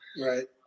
Right